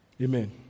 Amen